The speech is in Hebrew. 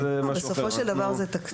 זה משהו אחר.